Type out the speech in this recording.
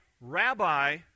rabbi